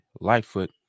Lightfoot